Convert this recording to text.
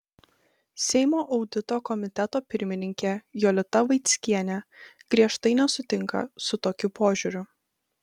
seimo audito komiteto pirmininkė jolita vaickienė griežtai nesutinka su tokiu požiūriu